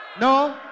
No